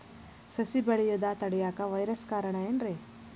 ಸಸಿ ಬೆಳೆಯುದ ತಡಿಯಾಕ ವೈರಸ್ ಕಾರಣ ಏನ್ರಿ?